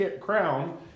crown